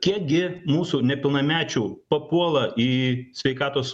kiek gi mūsų nepilnamečių papuola į sveikatos